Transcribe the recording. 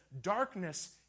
darkness